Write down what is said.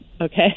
okay